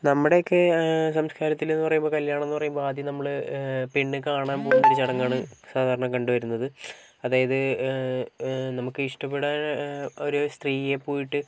നമ്മുടെ ഒക്കെ സംസ്കാരത്തില് എന്ന് പറയുമ്പോൾ കല്യാണം എന്ന് പറയുമ്പോൾ ആദ്യം നമ്മള് പെണ്ണ് കാണാന് പോകുന്ന ചടങ്ങാണ് സാധാരണ കണ്ടുവരുന്നത് അതായത് നമുക്ക് ഇഷ്ടപെടാന് ഒരു സ്ത്രീയെ പോയിട്ട്